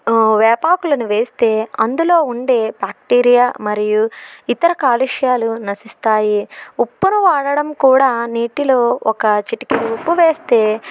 వేపాకులను వేస్తే అందులో ఉండే బ్యాక్టీరియా మరియు ఇతర కాలుష్యాలు నశిస్తాయి ఉప్పను వాడడం కూడా నీటిలో ఒక చిటికెడు ఉప్పు వేస్తే